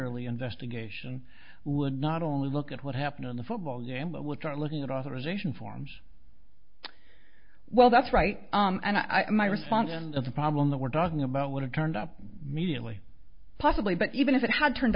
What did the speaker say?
lee investigation would not only look at what happened on the football jam but would start looking at authorization forms well that's right and i my response and it's a problem that we're talking about would have turned up mediately possibly but even if it had turned